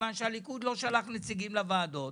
מכיוון שהליכוד לא שלח נציגים לוועדות,